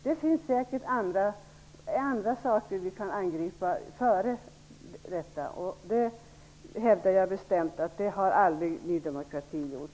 Det finns säkert andra saker som ligger närmare till hands att angripa, men jag hävdar bestämt att Ny demokrati aldrig har följt en sådan linje.